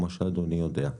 כמו שאדוני יודע.